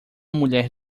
mulher